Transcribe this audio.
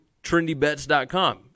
TrendyBets.com